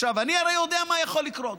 עכשיו, אני הרי יודע מה יכול לקרות.